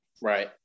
right